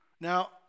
Now